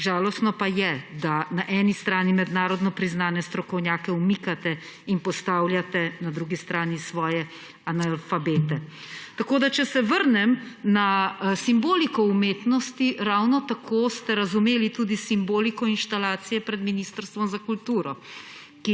Žalostno pa je, da na eni strani mednarodno priznane strokovnjake umikate in postavljate na drugi strani svoje analfabete. Če se vrnem na simboliko umetnosti, ravno tako ste razumeli tudi simboliko inštalacije pred ministrstvom za kulturo,